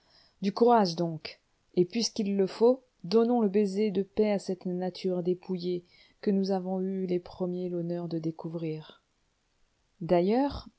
du courage donc et puisqu'il le faut donnons le baiser de paix à cette nature dépouillée que nous avons eu les premiers l'honneur de découvrir d'ailleurs